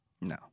No